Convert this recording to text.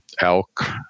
elk